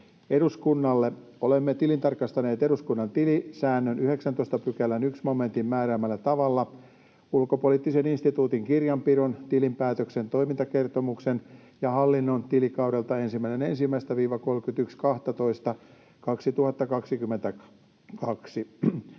Eduskunnalle: Olemme tilintarkastaneet eduskunnan tilisäännön 19 §:n 1 momentin määräämällä tavalla Ulkopoliittisen instituutin kirjanpidon, tilinpäätöksen, toimintakertomuksen ja hallinnon tilikaudelta 1.1.—31.12.2022.